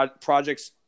projects